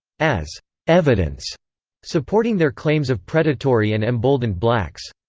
as evidence supporting their claims of predatory and emboldened blacks.